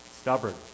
Stubborn